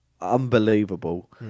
unbelievable